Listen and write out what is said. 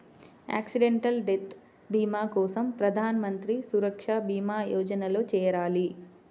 accidental death భీమా కోసం ప్రధాన్ మంత్రి సురక్షా భీమా యోజనలో చేరాలి